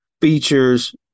features